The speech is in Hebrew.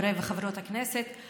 חברי וחברות הכנסת,